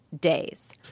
days